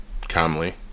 Calmly